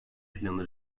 planı